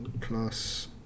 plus